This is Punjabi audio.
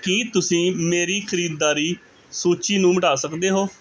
ਕੀ ਤੁਸੀਂ ਮੇਰੀ ਖਰੀਦਦਾਰੀ ਸੂਚੀ ਨੂੰ ਮਿਟਾ ਸਕਦੇ ਹੋ